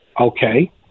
okay